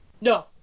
No